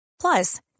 Plus